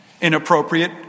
Inappropriate